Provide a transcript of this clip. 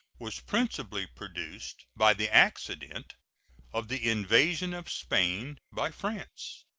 was principally produced by the accident of the invasion of spain by france.